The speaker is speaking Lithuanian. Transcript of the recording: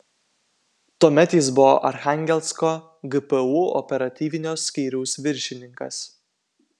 tuomet jis buvo archangelsko gpu operatyvinio skyriaus viršininkas